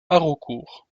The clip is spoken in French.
haraucourt